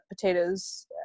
potatoes